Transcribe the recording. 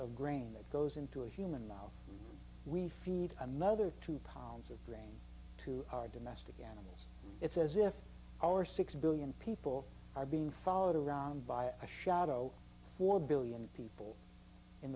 of grain that goes into a human now we feed another two pounds of it to our domestic animals it's as if our six billion people are being followed around by a shadow four billion people in